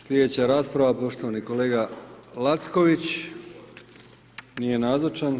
Slijedeća rasprava poštovani kolega Lacković, nije nazočan.